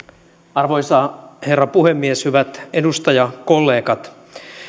arvoisa herra puhemies hyvät edustajakollegat